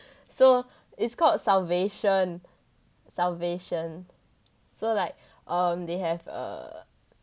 so it's called salvation salvation so like um they have err